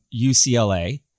UCLA